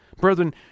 Brethren